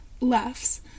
laughs